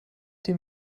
dem